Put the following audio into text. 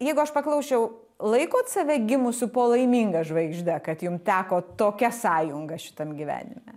jeigu aš paklausčiau laikot save gimusiu po laiminga žvaigžde kad jum teko tokia sąjunga šitam gyvenime